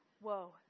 Whoa